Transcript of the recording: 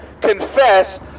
confess